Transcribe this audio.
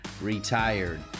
retired